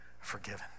forgiven